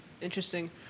Interesting